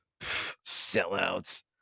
sellouts